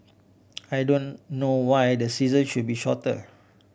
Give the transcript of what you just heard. I don't know why the season should be shorter